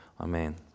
Amen